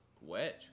wedge